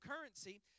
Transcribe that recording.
currency